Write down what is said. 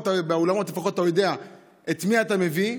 באולמות אתה לפחות יודע את מי אתה מביא,